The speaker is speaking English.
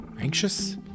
anxious